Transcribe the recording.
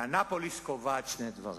ואנאפוליס קובע שני דברים: